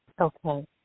Okay